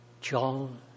John